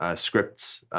ah scripts,